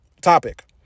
topic